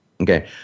Okay